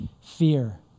fear